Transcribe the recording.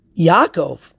Yaakov